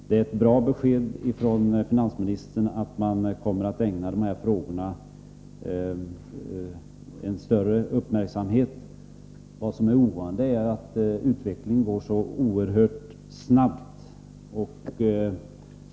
Det är ett bra besked från finansministern att man inom regeringen kommer att ägna dessa frågor större uppmärksamhet. Det oroande är att utvecklingen går så oerhört snabbt.